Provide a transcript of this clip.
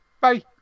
bye